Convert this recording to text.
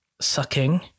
sucking